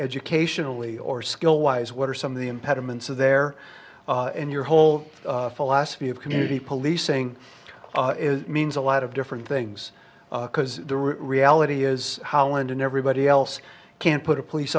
educationally or skill wise what are some of the impediments there in your whole philosophy of community policing it means a lot of different things because the reality is holland and everybody else can't put a police